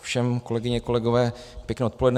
Všem, kolegyně a kolegové, pěkné odpoledne.